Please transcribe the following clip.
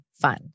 fun